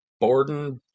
Borden